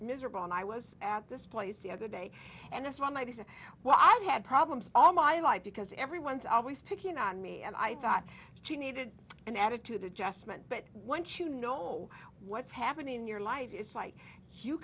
miserable and i was at this place the other day and this one might be said well i've had problems all my life because everyone's always picking on me and i thought she needed an attitude adjustment but once you know what's happening in your life it's like